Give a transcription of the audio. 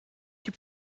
die